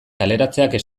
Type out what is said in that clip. kaleratzeak